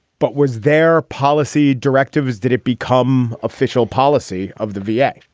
but was their policy directives? did it become official policy of the v a?